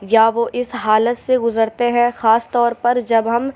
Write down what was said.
یا وہ اِس حالت سے گُزرتے ہیں خاص طور پر جب ہم